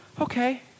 okay